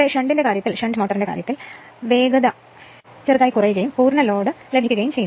ഷണ്ടിന്റെ കാര്യത്തിൽ മോട്ടോർ വേഗത ചെറുതായി കുറയുകയും പൂർണ്ണ ലോഡ് ലഭിക്കുകയും ചെയ്യുന്നു